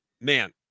man